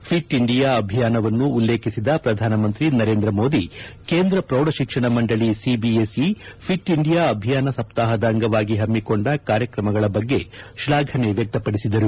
fit India ಅಭಿಯಾವನ್ನು ಉಲ್ಲೇಖಿಸಿದ ಪ್ರಧಾನಮಂತ್ರಿ ನರೇಂದ್ರ ಮೋದಿ ಕೇಂದ್ರ ಪ್ರೌಢ ಶಿಕ್ಷಣ ಮಂಡಳಿ ಸಿಬಿಎಸ್ಇ ಫಿಟ್ ಇಂಡಿ ಇಂಡಿಯಾ ಅಭಿಯಾನ ಸಪ್ತಾಹದ ಅಂಗವಾಗಿ ಹಮ್ಮಿಕೊಂಡ ಕಾರ್ಯಕ್ರಮಗಳ ಬಗ್ಗೆ ಶ್ಲಾಘನೆ ವ್ಯಕ್ತಪಡಿಸಿದರು